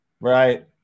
right